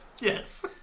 Yes